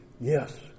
yes